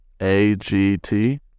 A-G-T